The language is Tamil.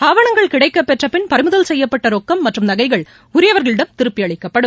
ஆவணங்கள் கிடைக்கப்பெற்ற பின் பறிமுதல் செய்யப்பட்ட ரொக்கம் மற்றும் நகைகள் உரியவர்களிடம் திருப்பி அளிக்கப்படும்